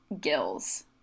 gills